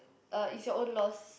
uh it's your own loss